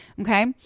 Okay